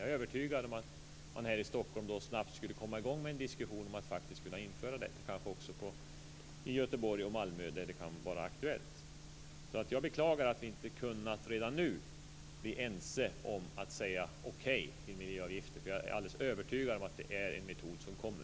Jag är övertygad om att man här i Stockholm snabbt skulle komma i gång med en diskussion om att faktiskt införa dessa, kanske också i Göteborg och Malmö där det kan vara aktuellt. Jag beklagar att vi inte redan nu kunnat bli ense om att säga okej till miljöavgifter. Jag är alldeles övertygad om att det är en metod som kommer.